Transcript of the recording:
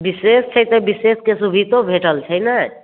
विशेष छै तऽ विशेषके सुविधो भेटल छै ने